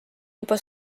juba